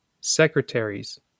secretaries